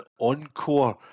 Encore